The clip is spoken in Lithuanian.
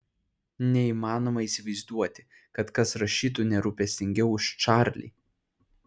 neįmanoma įsivaizduoti kad kas rašytų nerūpestingiau už čarlį